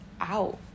out